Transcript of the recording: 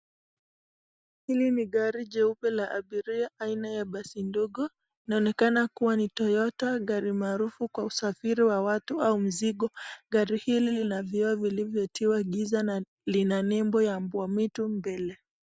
Hili ni gari jeupe la abiria aina ya basi ndogo, inaonekana kuwa ni Toyota, gari maarufu kwa usafiri wa watu au mizigo, Gari hili Linavioo vilivyotiwa Giza na Lina nimbo la mbwamwitu mbele.